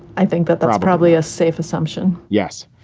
i think that there are probably a safe assumption yes.